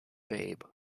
babe